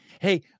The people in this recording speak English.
Hey